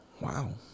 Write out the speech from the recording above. Wow